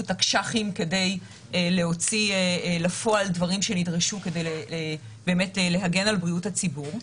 תקש"חים כדי להוציא לפועל דברים שנדרשו כדי להגן על בריאות הציבור.